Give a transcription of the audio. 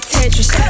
Tetris